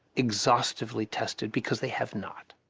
exhaustively tested because they have not.